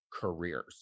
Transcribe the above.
careers